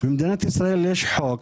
במדינת ישראל יש חוק